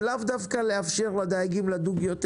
זה לאו דווקא לאפשר לדייגים לדוג יותר.